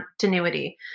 continuity